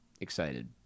excited